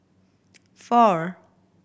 four